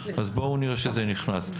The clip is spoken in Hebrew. אז בואו נראה שזה נכנס.